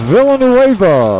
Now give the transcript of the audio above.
Villanueva